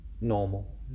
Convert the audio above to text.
normal